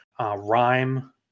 Rhyme